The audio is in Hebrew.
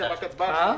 הצבעה